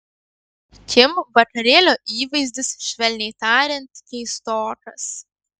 kim vakarėlio įvaizdis švelniai tariant keistokas